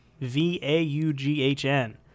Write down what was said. V-A-U-G-H-N